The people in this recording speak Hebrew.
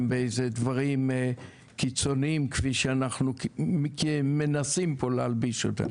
בדברים קיצוניים כפי שאנחנו פה מנסים להלביש אותם.